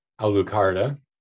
Alucarda